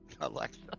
Alexa